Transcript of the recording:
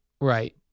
Right